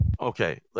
Okay